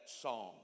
song